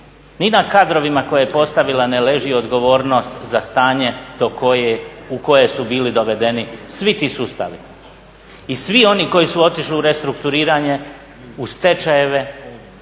ni na kadrovima koje je postavila ne leži odgovornost za stanje u koje su bili dovedeni svi ti sustavi i svi oni koji su otišli u restrukturiranje, u stečajeve,